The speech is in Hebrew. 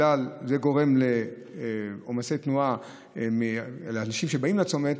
זה גורם לעומסי תנועה לאנשים שבאים לצומת,